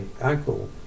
uncle